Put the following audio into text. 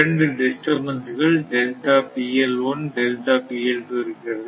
இரண்டு டிஸ்டர்பன்ஸ் கள் இருக்கிறது